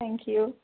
thank you